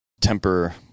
temper